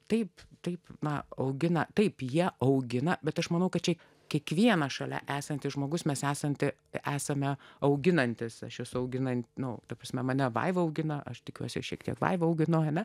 taip taip na augina taip jie augina bet aš manau kad ši kiekvieną šalia esantis žmogus mes esanti esame auginantys aš juos auginant nu ta prasme mane vaiva augina aš tikiuosi šiek tiek vaiva auginojome